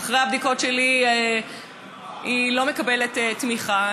אחרי הבדיקות שלי, לא מקבלת תמיכה.